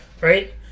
Right